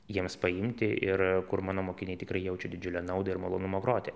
jiems paimti ir kur mano mokiniai tikrai jaučia didžiulę naudą ir malonumą groti